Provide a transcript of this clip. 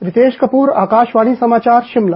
रितेश कपूर आकाशवाणी समाचार शिमला